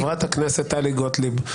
חברת הכנסת טלי גוטליב,